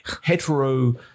hetero